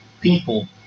people